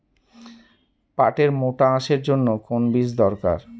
পাটের মোটা আঁশের জন্য কোন বীজ দরকার?